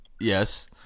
Yes